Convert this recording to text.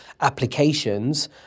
applications